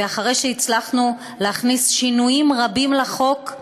ואחרי שהצלחנו להכניס שינויים רבים לחוק,